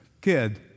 kid